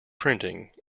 printing